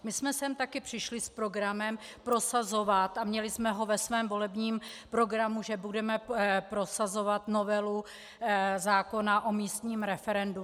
My jsme sem také přišli s programem prosazovat, a měli jsme ho ve svém volebním programu, že budeme prosazovat novelu zákona o místním referendu.